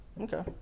Okay